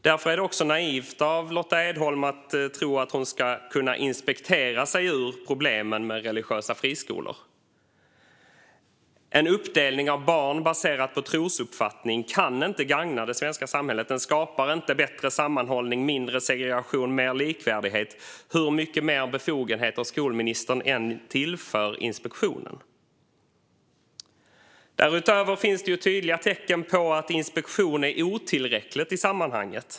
Därför är det också naivt av Lotta Edholm att tro att hon ska kunna inspektera sig ur problemen med religiösa friskolor. En uppdelning av barn baserat på trosuppfattning kan inte gagna det svenska samhället. Den skapar inte bättre sammanhållning, mindre segregation eller mer likvärdighet hur mycket mer befogenheter skolministern än tillför Skolinspektionen. Härutöver finns det tydliga tecken på att inspektion är otillräcklig i sammanhanget.